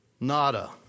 Nada